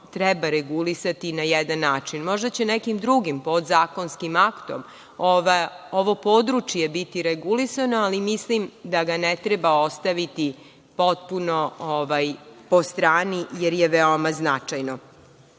treba regulisati na jedan način. Možda će nekim drugim podzakonskim aktom, ovo područje biti regulisano, ali mislim da ga ne treba ostaviti potpuno po strani, jer je veoma značajno. Ono